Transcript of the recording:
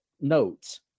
notes